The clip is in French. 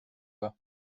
pas